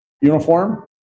uniform